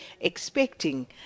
expecting